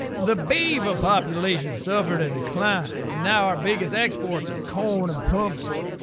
the beaver population suffered a decline and now our biggest exports are corn and pumpkins!